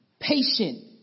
patient